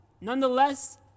Nonetheless